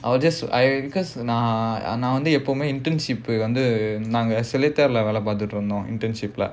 I will just I because நான் நான் வந்து எப்பயுமே:naan naan vandhu eppayumae internship வந்து நாங்க:vandhu naanga shelter leh வேல பார்த்துட்டுருந்தோம்:vela paarthurunthom internship lah